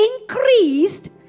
increased